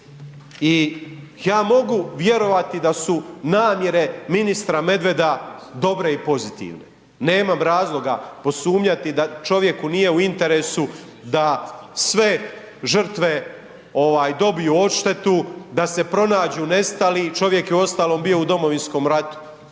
i ja mogu vjerovati da su namjere ministra Medveda dobre i pozitivne, nemam razloga posumnjati da čovjeku nije u interesu da sve žrtve dobiju odštetu, da se pronađu nestali, čovjek je uostalom bio u Domovinskom ratu,